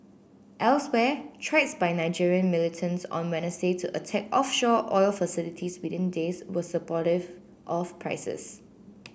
elsewhere threats by Nigerian militants on Wednesday to attack offshore oil facilities within days were supportive of prices